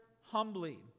humbly